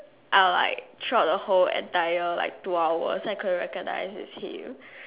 I was like throughout the whole entire like two hours then I couldn't recognize is him